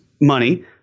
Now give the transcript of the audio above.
money